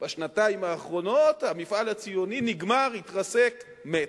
בשנתיים האחרונות המפעל הציוני נגמר, התרסק, מת.